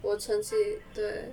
我成绩对